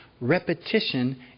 repetition